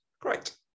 great